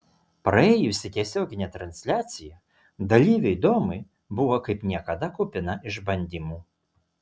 praėjusi tiesioginė transliacija dalyviui domui buvo kaip niekada kupina išbandymų